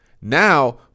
Now